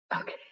okay